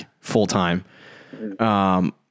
full-time